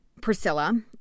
Priscilla